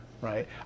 right